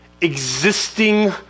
existing